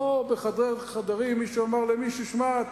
לא בחדרי חדרים שמישהו אמר למישהו: שמע,